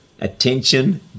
Attention